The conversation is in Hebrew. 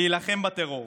להילחם בטרור,